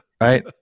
Right